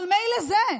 אבל מילא זה.